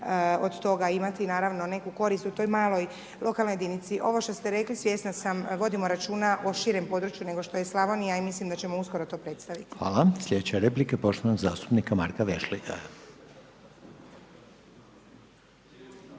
od toga imati naravno neku korist u toj maloj lokalnoj jedinici. Ovo što ste rekli svjesna sam, vodimo računa o širem području nego što je Slavonija i mislim da ćemo uskoro predstaviti. **Reiner, Željko (HDZ)** Hvala. Sljedeća replika poštovanog zastupnika Marka Vešligaja.